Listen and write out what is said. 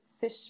fish